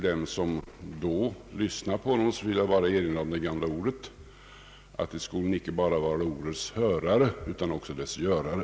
Dem som då lyssnade på honom vill jag bara erinra om det gamla ordet att I skolen icke blott vara ordets hörare, utan även dess görare.